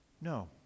No